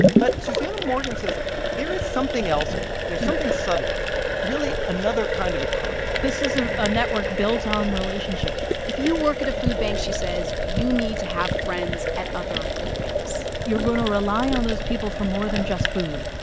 but susannah morgan says there is something else at work. there's something subtler really another kind of economy this is ah a network built on relationships if you work at a food bank, she says, you need to have friends at other food banks you're going to rely on those people for more than just food.